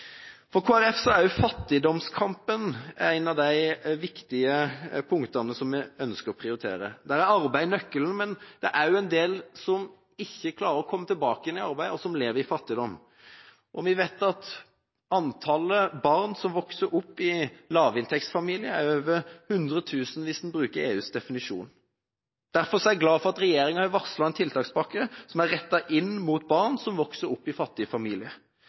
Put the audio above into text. For Kristelig Folkeparti er også fattigdomskampen et av de viktige punktene, som vi ønsker å prioritere. Der er arbeid nøkkelen. Men det er også en del som ikke klarer å komme tilbake igjen i arbeid, og som lever i fattigdom, og vi vet at antallet barn som vokser opp i lavinntektsfamilier, er over 100 000 hvis en bruker EUs definisjon. Derfor er jeg glad for at regjeringa har varslet en tiltakspakke som er rettet inn mot barn som vokser opp i fattige